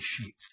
sheep